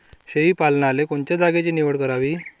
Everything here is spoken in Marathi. शेळी पालनाले कोनच्या जागेची निवड करावी?